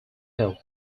help